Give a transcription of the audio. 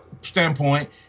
standpoint